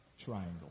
triangle